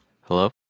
Hello